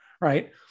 right